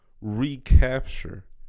recapture